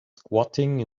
squatting